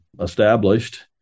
established